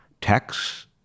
texts